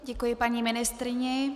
Děkuji, paní ministryně.